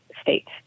states